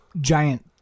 giant